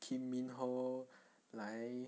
kim min ho 来